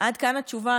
עד כאן התשובה.